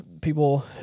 people